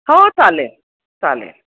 हो चालेल चालेल